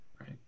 Right